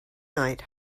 night